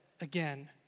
Again